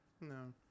No